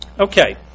Okay